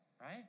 right